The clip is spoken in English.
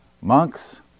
monks